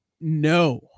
no